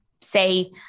say